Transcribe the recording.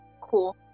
Cool